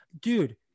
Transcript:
Dude